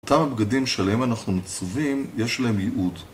אותם הבגדים שלהם אנחנו מצווים, יש להם ייעוד